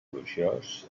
plujós